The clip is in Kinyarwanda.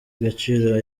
gaciro